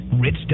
Rich